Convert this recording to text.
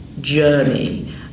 journey